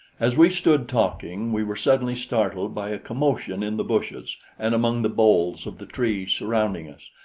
as we stood talking, we were suddenly startled by a commotion in the bushes and among the boles of the trees surrounding us,